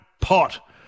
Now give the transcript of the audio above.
pot